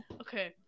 Okay